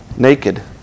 naked